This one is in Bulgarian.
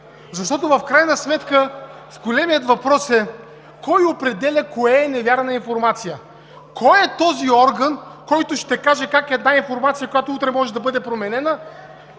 Защото в крайна сметка големият въпрос е: кой определя кое е невярна информация? Кой е този орган, който ще каже как една информация, която утре може да бъде променена,